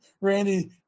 randy